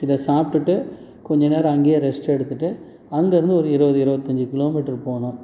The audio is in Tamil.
இதை சாப்ட்டுவிட்டு கொஞ்சம் நேரம் அங்கேயே ரெஸ்ட் எடுத்துகிட்டு அங்கே இருந்து ஒரு இருபது இருபத்தஞ்சி கிலோமீட்டர் போனோம்